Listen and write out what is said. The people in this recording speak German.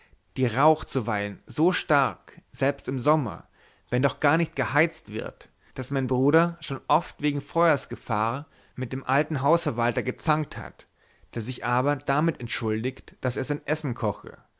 die raucht zuweilen so stark selbst im sommer wenn doch gar nicht geheizt wird daß mein bruder schon oft wegen feuersgefahr mit dem alten hausverwalter gezankt hat der sich aber damit entschuldigt daß er sein essen koche